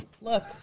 Look